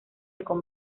con